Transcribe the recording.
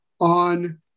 on